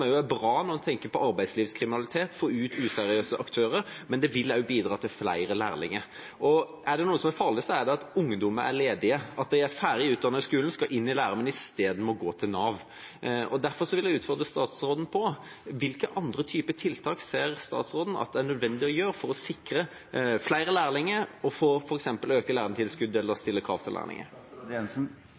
er bra når en tenker på arbeidslivskriminalitet og å få ut useriøse aktører. Det vil også bidra til flere lærlinger. Er det noe som er farlig, er det at ungdommer er ledige, at de er ferdig utdannet i skolen og skal inn i lære, men i stedet må gå til Nav. Derfor vil jeg utfordre statsråden: Hvilke andre typer tiltak ser statsråden at det er nødvendig å gjøre for å sikre flere lærlinger, og for f.eks. å øke lærlingtilskuddet eller stille krav om lærlinger?